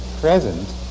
present